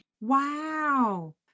Wow